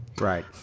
Right